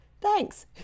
thanks